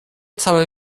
całe